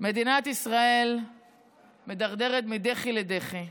מדינת ישראל מידרדרת מדחי אל דחי.